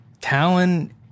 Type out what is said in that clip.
Talon